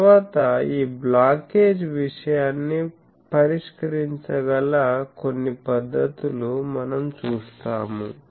తరువాత ఈ బ్లాకేజ్ విషయాన్ని పరిష్కరించగల కొన్ని పద్ధతులు మనం చూస్తాము